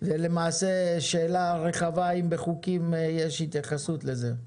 זו שאלה רחבה אם בחוקים יש התייחסות לזה.